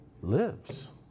lives